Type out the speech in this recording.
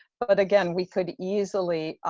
but but again we could easily